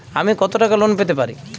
আমি কত টাকা লোন পেতে পারি?